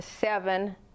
seven